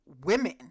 women